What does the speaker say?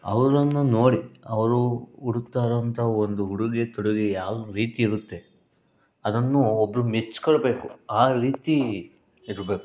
ಅವರನ್ನು ನೋಡಿ ಅವರು ಹುಡುಕ್ತಾ ಇರುವಂಥ ಒಂದು ಉಡುಗೆ ತೊಡುಗೆ ಯಾವ ರೀತಿ ಇರುತ್ತೆ ಅದನ್ನು ಒಬ್ರು ಮೆಚ್ಕೊಳ್ಬೇಕು ಆ ರೀತಿ ಇರಬೇಕು